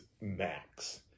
max